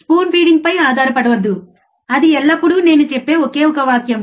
spoon feeding పై ఆధారపడవద్దు అది ఎల్లప్పుడూ నేను చెప్పే ఒకే ఒక వాక్యం